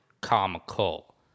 comical